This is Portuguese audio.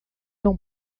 não